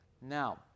Now